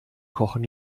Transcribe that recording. kochen